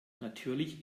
natürlich